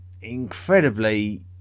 incredibly